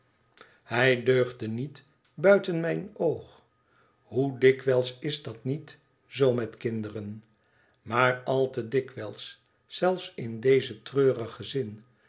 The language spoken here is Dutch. hij deugde niet buiten mijn oog hoe dikwijls is dat niet zoo met kinderen imaar al te dikwijls zelfs in dezen treurigen zin